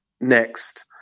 next